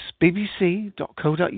bbc.co.uk